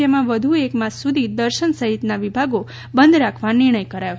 જેમાં વધુ એક માસ સુધી દર્શન સહિતના વિભાગો બંધ રાખવા નિર્ણય કરવામાં આવ્યો હતો